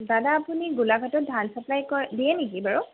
দাদা আপুনি গোলাপ হাতত ধান চাপ্লাই ক দিয়ে নেকি বাৰু